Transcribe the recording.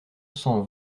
cent